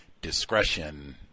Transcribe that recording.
discretion